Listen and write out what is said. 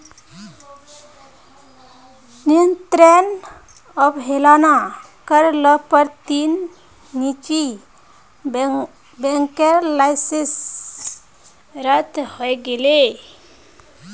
नियंत्रनेर अवहेलना कर ल पर तीन निजी बैंकेर लाइसेंस रद्द हई गेले